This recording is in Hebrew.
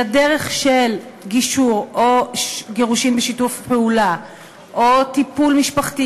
אלא דרך של גישור או גירושין בשיתוף פעולה או טיפול משפחתי